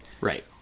Right